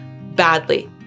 badly